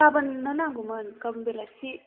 गाबोननो नांगौमोन गाबोन बेलासि